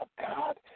God